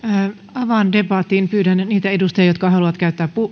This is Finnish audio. avaan debatin pyydän niitä edustajia jotka haluavat käyttää